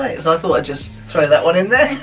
i so thought i'd just throw that one in there